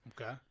Okay